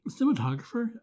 cinematographer